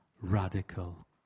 radical